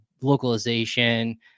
localization